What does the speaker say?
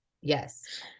Yes